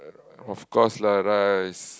of course lah rice